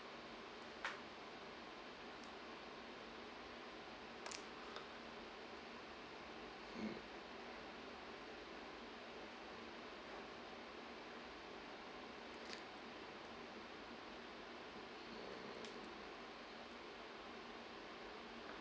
mm mm